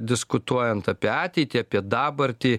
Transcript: diskutuojant apie ateitį apie dabartį